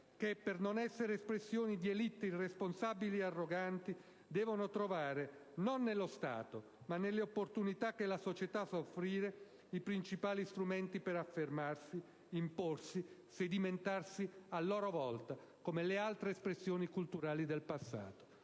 che, per non essere espressione di *élite* irresponsabili e arroganti, devono trovare non nello Stato ma nelle opportunità che la società sa offrire i principali strumenti per affermarsi, imporsi, sedimentarsi a loro volta, come altre istituzioni culturali del passato.